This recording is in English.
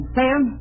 Sam